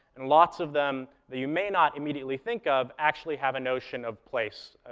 and lots of them that you may not immediately think of actually have a notion of place,